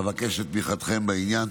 אבקש את תמיכתכם בעניין.